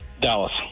Dallas